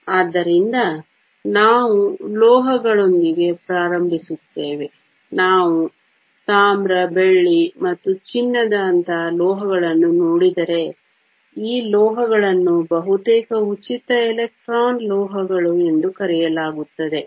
ಆದ್ದರಿಂದ ನಾವು ಲೋಹಗಳೊಂದಿಗೆ ಪ್ರಾರಂಭಿಸುತ್ತೇವೆ ನಾವು ತಾಮ್ರ ಬೆಳ್ಳಿ ಮತ್ತು ಚಿನ್ನದಂತಹ ಲೋಹಗಳನ್ನು ನೋಡಿದರೆ ಈ ಲೋಹಗಳನ್ನು ಬಹುತೇಕ ಉಚಿತ ಎಲೆಕ್ಟ್ರಾನ್ ಲೋಹಗಳು ಎಂದು ಕರೆಯಲಾಗುತ್ತದೆ